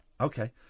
Okay